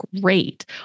great